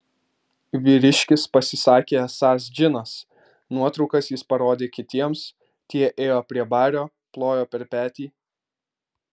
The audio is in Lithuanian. vyriškis pasisakė esąs džinas nuotraukas jis parodė kitiems tie ėjo prie bario plojo per petį